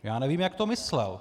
Já nevím, jak to myslel.